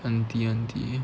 aunty aunty